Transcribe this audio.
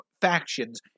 factions